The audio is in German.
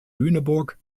lüneburg